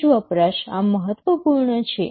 વીજ વપરાશ આ મહત્વપૂર્ણ છે